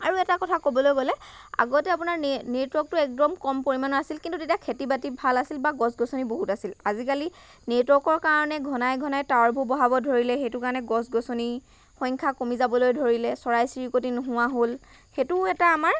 আৰু এটা কথা ক'বলৈ গ'লে আগতে আপোনাৰ নে নেটৱৰ্কটো একদম কম পৰিমাণৰ আছিল কিন্তু তেতিয়া খেতি বাতি ভাল আছিল বা গছ গছনি বহুত আছিল আজিকালি নেটৱৰ্কৰ কাৰণে ঘনাই ঘনাই টাৱাৰবোৰ বহাব ধৰিলে সেইটো কাৰণে গছ গছনিৰ সংখ্যা কমি যাবলৈ ধৰিলে চৰাই চিৰিকতি নোহোৱা হ'ল সেইটোও এটা আমাৰ